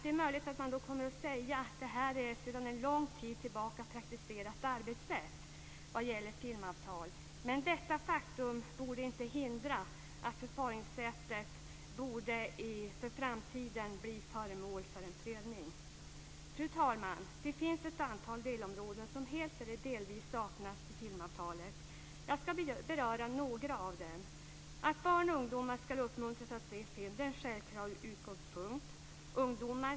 Det är möjligt att man kommer att säga att detta är ett sedan en lång tid tillbaka praktiserat arbetssätt vad gäller filmavtal. Men detta faktum borde inte hindra att förfaringssättet i framtiden blir föremål för en prövning. Fru talman! Det finns ett antal delområden som helt eller delvis saknas i filmavtalet. Jag ska beröra några av dem. Barn och ungdomar ska uppmuntras att se film - det är en självklar utgångspunkt.